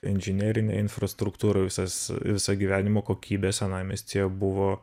inžinerinė infrastruktūra visas visa gyvenimo kokybė senamiestyje buvo